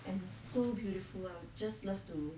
and so beautiful I'll just love to